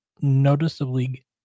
noticeably